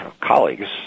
colleagues